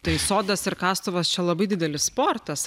tai sodas ir kastuvas čia labai didelis sportas